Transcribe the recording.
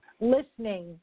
listening